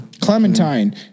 Clementine